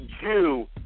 Jew